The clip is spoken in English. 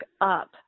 up